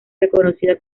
reconocida